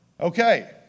Okay